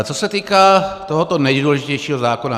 Co se týká tohoto nejdůležitějšího zákona.